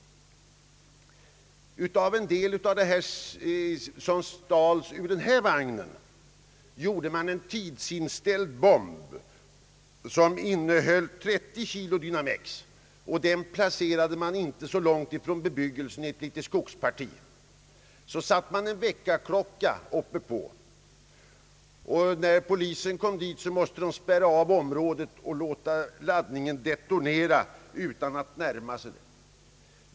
Av en del av det som stals ur den vagn jag tidigare nämnt gjorde man en tidsinställd bomb, som innehöll 30 kilogram dynamex. Bomben placerades inte så långt från bebyggelsen i ett litet skogsparti. Man satte därefter en väckarklocka ovanpå den, och när polisen kom dit, måste området avspärras. Polisen lät laddningen detonera utan att närma sig.